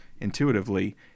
intuitively